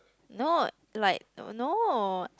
not like don't know